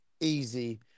Easy